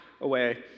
away